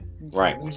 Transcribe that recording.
Right